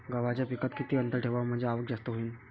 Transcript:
गव्हाच्या पिकात किती अंतर ठेवाव म्हनजे आवक जास्त होईन?